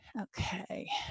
Okay